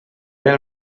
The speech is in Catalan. del